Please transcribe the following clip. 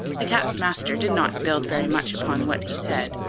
the cat's master did not build very much upon what he said.